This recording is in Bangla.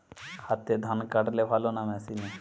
হাতে ধান কাটলে ভালো না মেশিনে?